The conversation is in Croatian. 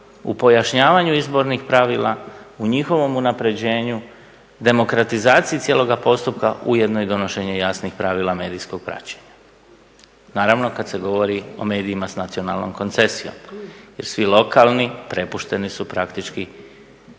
u pojašnjavanju izbornih pravila, u njihovom unapređenju, demokratizaciji cijeloga postupka ujedno i donošenje jasnih pravila medijskog praćenja. Naravno, kad se govori o medijima s nacionalnom koncesijom jer svi lokalni prepušteni su praktički